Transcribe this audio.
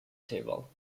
table